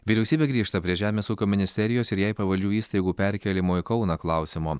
vyriausybė grįžta prie žemės ūkio ministerijos ir jai pavaldžių įstaigų perkėlimo į kauną klausimo